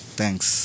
thanks